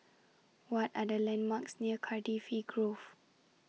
What Are The landmarks near Cardifi Grove